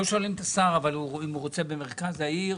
לא שואלים את השר אם הוא רוצה במרכז העיר.